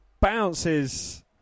bounces